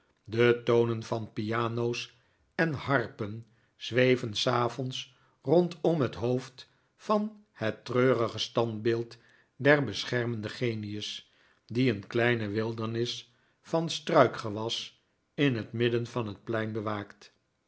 de tonen van piano's en harpen zweven s avonds rondom het hoofd van het treurige standbeeld den beschermenden genius die een kleine wildernis van struikgewas in het midden van het plein bewaakt